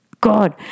God